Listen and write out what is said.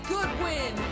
Goodwin